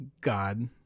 God